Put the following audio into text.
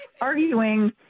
arguing